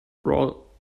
roll